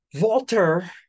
walter